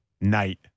night